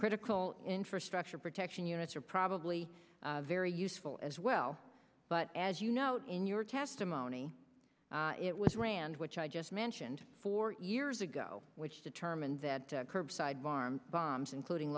critical infrastructure protection units are probably very useful as well but as you note in your testimony it was rand which i just mentioned four years ago which determined that curbside arm bombs including